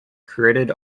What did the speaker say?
created